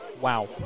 Wow